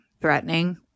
Threatening